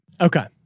Okay